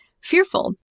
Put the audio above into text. fearful